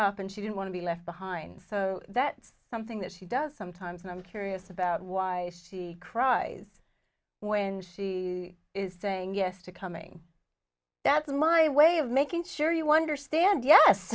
up and she didn't want to be left behind so that's something that she does sometimes and i'm curious about why she cries when she is saying yes to coming that's my way of making sure you wonder stand yes